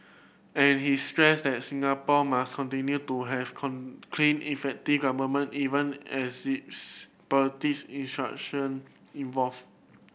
and he stressed that Singapore must continue to have clean effective government even as politics institution evolve